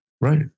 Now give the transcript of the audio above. right